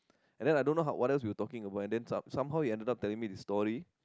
and then I don't know what else we were talking about and then somehow he ended up telling me this story